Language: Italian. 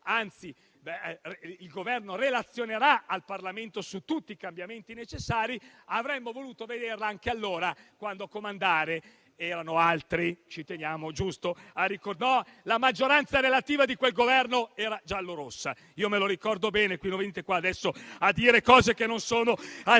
che il Governo relazionerà al Parlamento su tutti i cambiamenti necessari, avremmo voluto vederli anche allora, quando a comandare erano altri. *(Commenti).* La maggioranza relativa di quel Governo era giallorossa, me lo ricordo bene, non venite adesso a dire cose che non sono vere, anzi